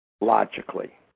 logically